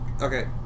Okay